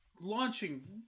launching